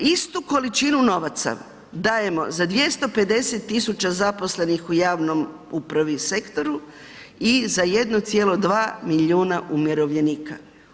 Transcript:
Istu količinu novaca dajemo za 250 tisuća zaposlenih u javnoj upravi i sektoru i za 1,2 milijuna umirovljenika.